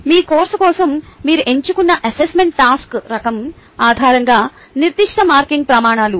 మీ course కోసం మీరు ఎంచుకున్న అసెస్మెంట్ టాస్క్ రకం ఆధారంగా నిర్దిష్ట మార్కింగ్ ప్రమాణాలు